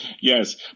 Yes